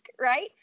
right